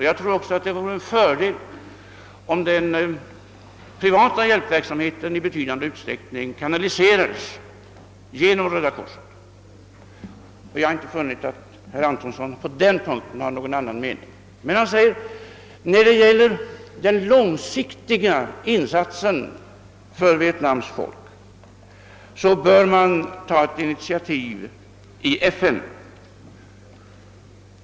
Jag tror att det vore en fördel om också den privata hjälpverksamheten i betydande utsträckning kanaliserades genom Röda korset. Jag har inte funnit att herr Antonsson på den punkten har någon annan mening. Men han säger, att man när det gäller den långsiktiga insatsen för Vietnams folk bör ta initiativ i FN.